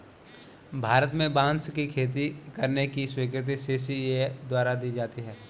भारत में बांस की खेती करने की स्वीकृति सी.सी.इ.ए द्वारा दी जाती है